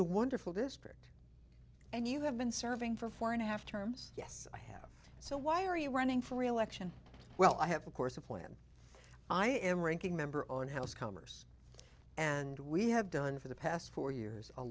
a wonderful district and you have been serving for four and a half terms yes i have so why are you running for reelection well i have a course of when i am ranking member on house commerce and we have done for the past four years a